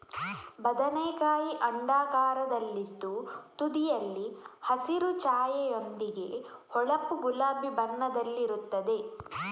ಬದನೆಕಾಯಿ ಅಂಡಾಕಾರದಲ್ಲಿದ್ದು ತುದಿಯಲ್ಲಿ ಹಸಿರು ಛಾಯೆಯೊಂದಿಗೆ ಹೊಳಪು ಗುಲಾಬಿ ಬಣ್ಣದಲ್ಲಿರುತ್ತದೆ